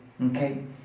okay